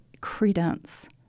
credence